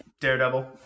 Daredevil